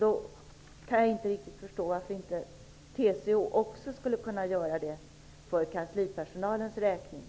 Då kan jag inte riktigt förstå varför TCO inte skulle kunna göra det för kanslipersonalens räkning.